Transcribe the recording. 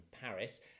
Paris